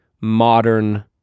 modern